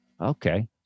Okay